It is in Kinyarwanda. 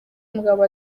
umugabo